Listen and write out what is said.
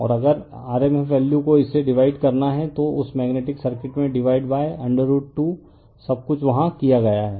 और अगर rmf value को इसे डिवाइड करना है तो उस मेग्नेटिक सर्किट में डिवाइडेड बाय √2 सब कुछ वहां किया गया है